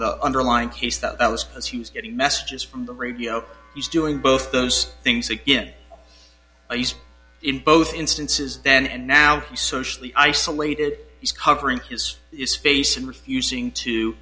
the underlying case that was as he was getting messages from the radio he's doing both those things again he's in both instances then and now he socially isolated he's covering his face and refusing to